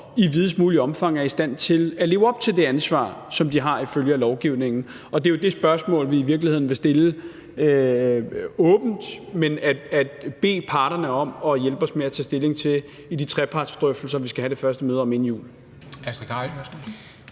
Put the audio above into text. i videst muligt omfang er i stand til at leve op til det ansvar, som de har ifølge lovgivningen. Det er jo det spørgsmål, vi i virkeligheden vil stille åbent og så bede parterne om at hjælpe os med at tage stilling til i de trepartsdrøftelser, vi skal have det første møde om inden jul.